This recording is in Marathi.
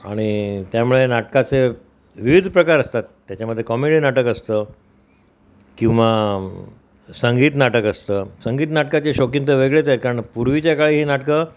आणि त्यामुळे नाटका विविध प्रकार असतात त्याच्यामध्ये कॉमेडी नाटक असतं किंवा संगीत नाटक असतं संगीत नाटकाचे शौकीन तर वेगळेच आहेत कारण पूर्वीच्या काळी ही नाटकं